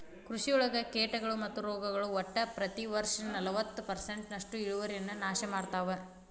ಕೃಷಿಯೊಳಗ ಕೇಟಗಳು ಮತ್ತು ರೋಗಗಳು ಒಟ್ಟ ಪ್ರತಿ ವರ್ಷನಲವತ್ತು ಪರ್ಸೆಂಟ್ನಷ್ಟು ಇಳುವರಿಯನ್ನ ನಾಶ ಮಾಡ್ತಾವ